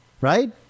Right